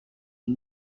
est